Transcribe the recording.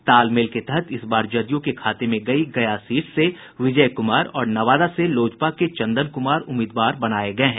तालमेल के तहत इस बार जदयू के खाते में गई गया सीट से विजय क्मार और नवादा से लोजपा के चंदन क्मार उम्मीदवार बनाये गये हैं